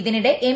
ഇതിനിടെ എം